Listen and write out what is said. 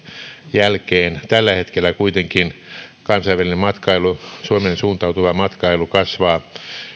jälkeen tällä hetkellä kuitenkin kansainvälinen matkailu suomeen suuntautuva matkailu kasvaa